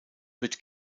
wird